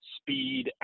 speed